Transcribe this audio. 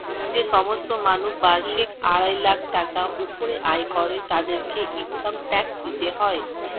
যে সমস্ত মানুষ বার্ষিক আড়াই লাখ টাকার উপরে আয় করে তাদেরকে ইনকাম ট্যাক্স দিতে হয়